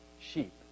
sheep